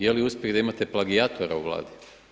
Je li uspjeh da imate plagijatora u Vladi?